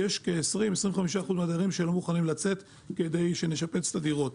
כי יש כ-25%-20% מהדיירים שלא מוכנים לצאת כדי שנשפץ את הדירות.